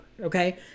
okay